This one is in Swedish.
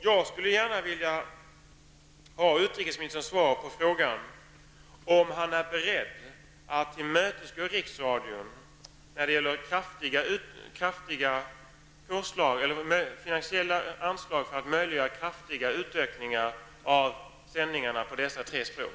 Jag skulle gärna vilja veta om utrikesministern är beredd att tillmötesgå riksradion när det gäller finansiella anslag för att möjliggöra kraftiga utökningar av sändningar på dessa tre språk?